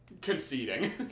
conceding